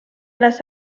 las